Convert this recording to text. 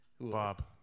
Bob